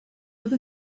with